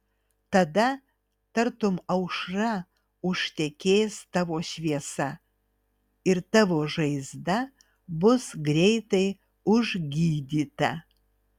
tada tartum aušra užtekės tavo šviesa ir tavo žaizda bus greitai užgydyta